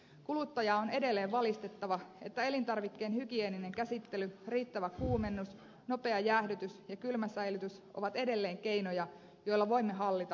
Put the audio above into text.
kuluttajaa on edelleen valistettava siitä että elintarvikkeen hygieeninen käsittely riittävä kuumennus nopea jäähdytys ja kylmäsäilytys ovat edelleen keinoja joilla voimme hallita ruuan turvallisuutta